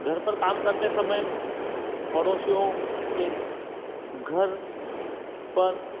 घर पर काम करते समय पड़ोसियों के घर पर